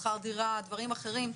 שכר דירה ודברים אחרים,